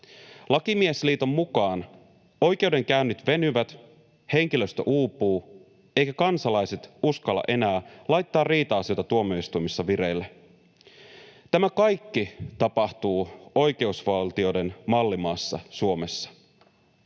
Lakimiesliiton mukaan oikeudenkäynnit venyvät, henkilöstö uupuu eivätkä kansalaiset uskalla enää laittaa riita-asioita tuomioistuimissa vireille. Tämä kaikki tapahtuu oikeusval-tioiden mallimaassa Suomessa.